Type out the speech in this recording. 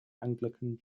anglican